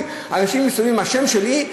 אנשים מסתובבים עם השם שלי.